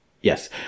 Yes